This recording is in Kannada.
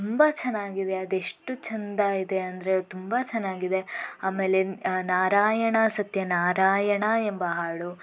ತುಂಬ ಚೆನ್ನಾಗಿದೆ ಅದೆಷ್ಟು ಚೆಂದ ಇದೆ ಅಂದರೆ ತುಂಬ ಚೆನ್ನಾಗಿದೆ ಆಮೇಲೆ ನಾರಾಯಣ ಸತ್ಯ ನಾರಾಯಣ ಎಂಬ ಹಾಡು